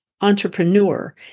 entrepreneur